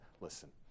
Listen